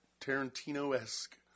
Tarantino-esque